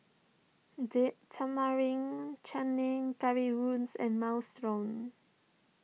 Date Tamarind Chutney Currywurst and Minestrone